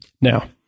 Now